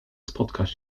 spotkać